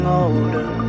older